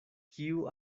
kiu